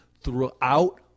throughout